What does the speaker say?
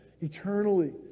eternally